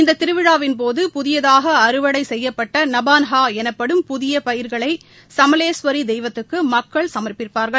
இந்த திருவிழாவின்போது புதியதாக அறுவடை செய்யப்பட்ட நபான்ஹா எனப்படும் புதிய பயிர்களை சமளேஸ்வரி தெய்வத்துக்கு மக்கள் சமர்பிப்பார்கள்